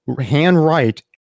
handwrite